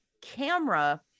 camera